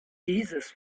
dieses